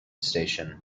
station